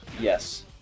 Yes